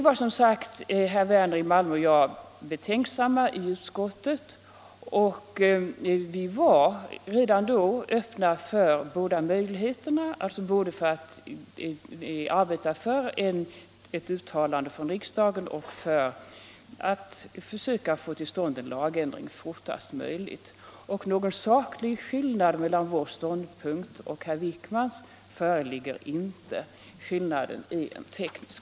Herr Werner i Malmö och jag var betänksamma i utskottet och vi var redan då öppna för båda möjligheterna — att arbeta för ett uttalande från riksdagen och att söka få ull stånd en lagändring fortast möjligt. Någon saklig skillnad föreligger inte mellan vår ståndpunkt och herr Wijkmans. Skillnaden är teknisk.